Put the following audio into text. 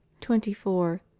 twenty-four